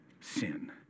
sin